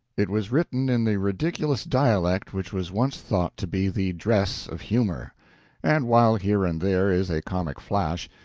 it was written in the ridiculous dialect which was once thought to be the dress of humor and while here and there is a comic flash,